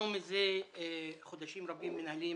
מזה חודשים רבים אנחנו מנהלים